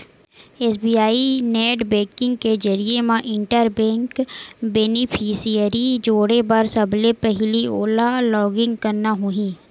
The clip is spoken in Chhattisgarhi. एस.बी.आई नेट बेंकिंग के जरिए म इंटर बेंक बेनिफिसियरी जोड़े बर सबले पहिली ओला लॉगिन करना होही